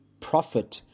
prophet